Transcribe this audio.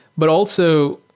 but also,